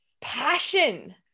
passion